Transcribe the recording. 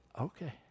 okay